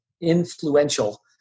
influential